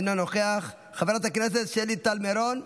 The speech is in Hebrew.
אינו נוכח, חברת הכנסת שלי טל מירון,